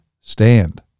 stand